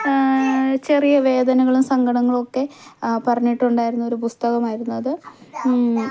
ചെറിയ വേദനകളും സങ്കടങ്ങളുമൊക്കെ പറഞ്ഞിട്ടുണ്ടായിരുന്ന ഒരു പുസ്തകമായിരുന്നു അത്